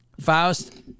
Faust